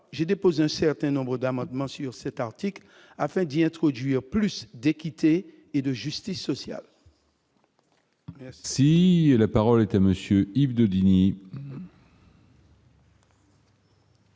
j'ai déposé un certain nombre d'amendements sur cet article afin d'y introduire plus d'équité et de justice sociale. Si la parole est à monsieur Yves Daudigny.